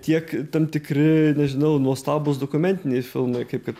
tiek tam tikri nežinau nuostabūs dokumentiniai filmai kaip kad